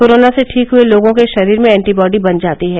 corona से ठीक हुए लोगों के शरीर में एंटी बॉडी बन जाती है